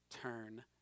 turn